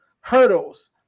hurdles